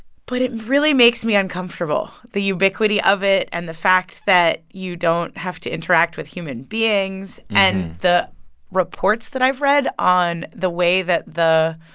but it really makes me uncomfortable the ubiquity of it and the fact that you don't have to interact with human beings and the reports that i've read on the way that the